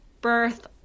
birth